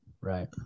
Right